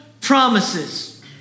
promises